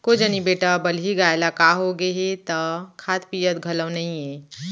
कोन जनी बेटा बलही गाय ल का होगे हे त खात पियत घलौ नइये